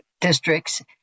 Districts